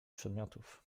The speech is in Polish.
przedmiotów